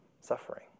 suffering